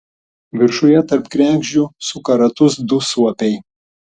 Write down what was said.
viršuje tarp kregždžių suka ratus du suopiai